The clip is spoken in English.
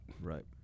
Right